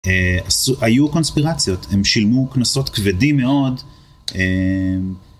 היו קונספירציות הם שילמו כנסות כבדים מאוד